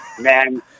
Man